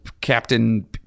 Captain